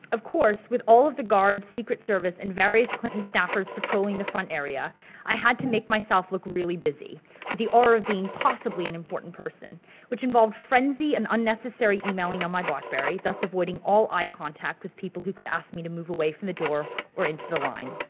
of course with all of the guards, secret service, and various clinton staffers patrolling the front area i had to make myself look really busy with the aura being possibly an important person which involved frenzy and unnecessary emailing on my blackberry, thus avoiding all eye contact with people who could ask me to move away from the door or into the line.